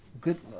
good